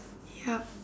yup